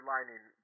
Lining